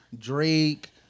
Drake